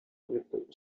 with